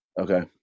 Okay